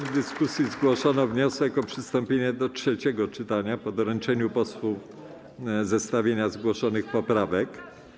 W dyskusji zgłoszono wniosek o przystąpienie do trzeciego czytania po doręczeniu posłom zestawienia zgłoszonych poprawek.